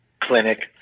clinic